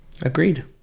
Agreed